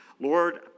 Lord